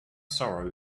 sorrow